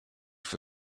for